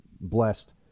blessed